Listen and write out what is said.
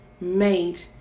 made